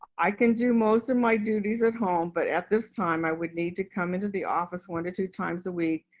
i can do most of my duties at home, but at this time i would need to come into the office one to two times a week,